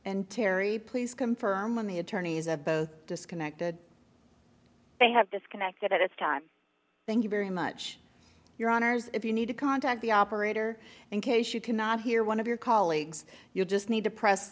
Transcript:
and terry please confirm when the attorneys at both disconnected they have disconnected and it's time thank you very much your honour's if you need to contact the operator in case you cannot hear one of your colleagues you just need to press